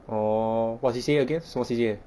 oh what C_C_A again 什么 C_C_A